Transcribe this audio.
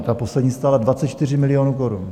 Ta poslední stála 24 milionů korun.